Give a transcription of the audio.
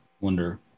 wonder